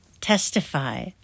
Testify